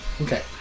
Okay